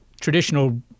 traditional